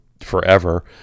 forever